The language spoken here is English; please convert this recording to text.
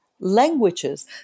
languages